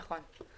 נכון.